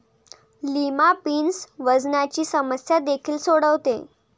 lima beans वजनाची समस्या देखील सोडवते